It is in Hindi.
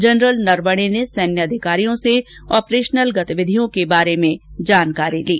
जनरल नरवणे ने सैन्य अधिकारियों से ऑपरेशनल गतिविधियों के बारे में जानकारी ली